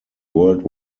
world